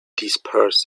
disperse